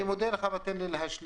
אני מודה לך אבל תן לי להשלים.